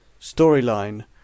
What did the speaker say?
storyline